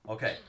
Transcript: Okay